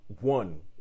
one